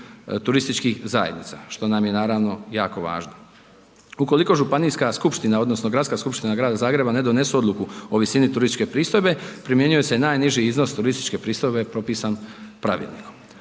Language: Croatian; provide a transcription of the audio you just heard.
turističkih zajednica što nam je naravno jako važno. Ukoliko županijska skupština odnosno Gradska skupština Grada Zagreba ne donesu odluku o visini turističke pristojbe primjenjuje se najniži iznos turističke pristojbe propisan pravilnikom.